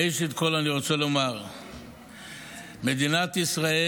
ראשית כול אני רוצה לומר שמדינת ישראל